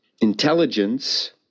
intelligence